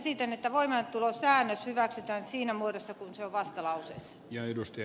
esitän että voimaantulosäännös hyväksytään siinä muodossa kuin se on vastalauseessa